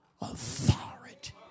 authority